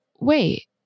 wait